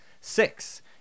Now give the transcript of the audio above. six